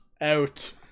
out